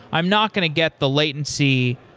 i'm not going to get the latency,